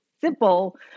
simple